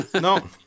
No